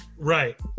Right